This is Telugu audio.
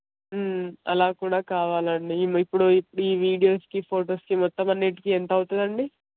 అలాగ కూడా కావాలండి ఇప్పుడు ఇప్పుడు ఈ వీడియోస్కి ఫోటోస్కి మొత్తం అన్నింటికి ఎంత అవుతుందండి